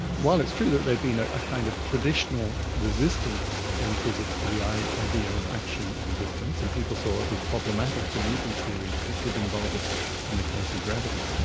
while it's true that there'd been ah a kind of traditional resistance in physics to the idea of action at a distance, and people saw it as problematic for newton's theory, that it did involve it in the case of gravity,